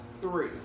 three